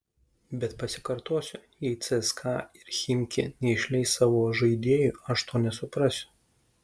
bet pasikartosiu jei cska ir chimki neišleis savo žaidėjų aš to nesuprasiu